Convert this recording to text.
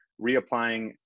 reapplying